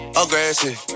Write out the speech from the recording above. aggressive